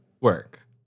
Work